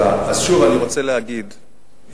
שוב אני רוצה להגיד,